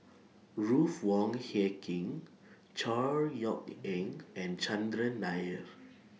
Ruth Wong Hie King Chor Yeok Eng and Chandran Nair